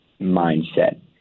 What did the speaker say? mindset